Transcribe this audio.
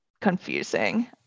confusing